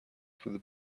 with